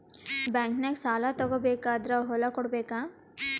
ಬ್ಯಾಂಕ್ನಾಗ ಸಾಲ ತಗೋ ಬೇಕಾದ್ರ್ ಹೊಲ ಕೊಡಬೇಕಾ?